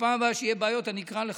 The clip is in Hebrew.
בפעם הבאה שיהיו בעיות, אני אקרא לך.